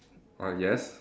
ah yes